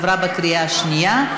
התקבלה בקריאה שנייה.